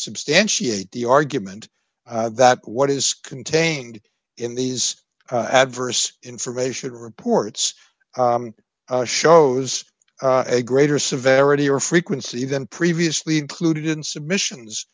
substantiate the argument that what is contained in these adverse information reports shows a greater severity or frequency than previously included in submissions